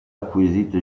acquisito